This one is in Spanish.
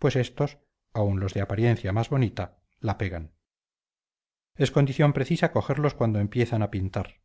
pues estos aun los de apariencia más bonita la pegan es condición precisa cogerlos cuando empiezan a pintar